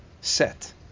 set